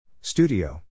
Studio